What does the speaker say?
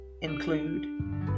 include